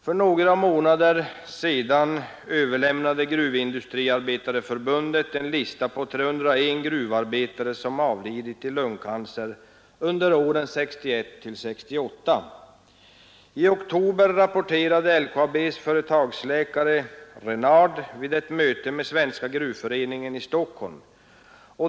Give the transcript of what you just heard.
För månader sedan överlämnade Gruvindustriarbetareförbundet en lista på 301 gruvarbetare som avlidit i lungcancer under åren 1961—1968. I oktober rapporterade LKAB:s företagsläkare Renard vid ett möte med Svenska gruvföreningen i Stockholm.